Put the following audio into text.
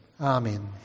amen